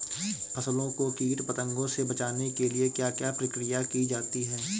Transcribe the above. फसलों को कीट पतंगों से बचाने के लिए क्या क्या प्रकिर्या की जाती है?